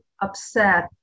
upset